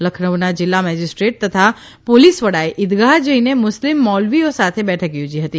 લખનઉના જીલ્લા મેજીસ્ટ્રેટ તથા પોલીસ વડાએ ઇદગાહ જઇને મુસ્લીમ મૌલવીઓ સાથે બેઠક યોજી હતી